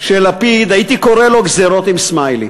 של לפיד, הייתי קורא לו: גזירות עם סמיילי.